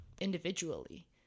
individually